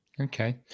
Okay